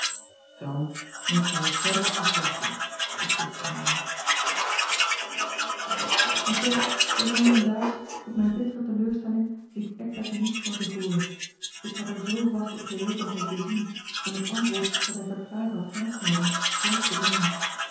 dan moet gij het verdere afwachten besliste mijnheer en toch des anderen daags tot mijne bittere teleurstelling liet eckbert niets van zich hooren ik had er zoo vast op gerekend hem te zien om het antwoord dat hij verklaard had haast te hebben zelf te brengen